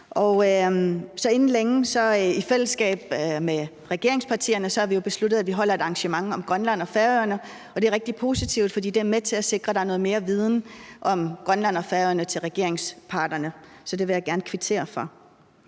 tak for. I fællesskab med regeringspartierne har vi jo besluttet, at vi inden længe holder et arrangement om Grønland og Færøerne, og det er rigtig positivt, fordi det er med til at sikre, at der er noget mere viden om Grønland og Færøerne hos regeringspartierne. Så det vil jeg gerne kvittere for.